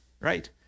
right